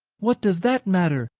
what does that matter?